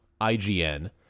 IGN